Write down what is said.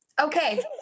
Okay